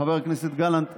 חבר הכנסת גלנט,